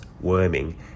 worming